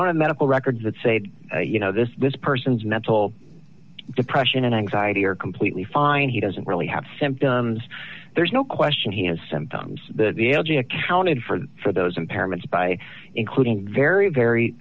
don't have medical records that say you know this person's mental depression and anxiety are completely fine he doesn't really have symptoms there's no question he has symptoms accounted for for those impairments by including very very